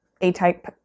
A-type